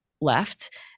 left